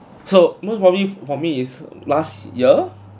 so most probably for me is last year